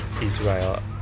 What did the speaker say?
Israel